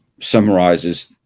summarizes